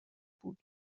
بود